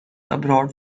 abroad